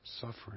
suffering